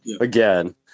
Again